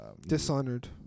dishonored